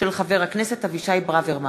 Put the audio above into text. של חבר הכנסת אבישי ברוורמן.